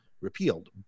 repealed